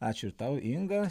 ačiū ir tau inga